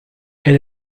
elle